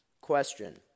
question